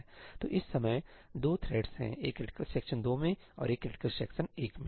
तो इस समय दो थ्रेडस हैं एक क्रिटिकल सेक्शन 2 में और एक क्रिटिकल सेक्शन 1 में